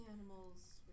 animals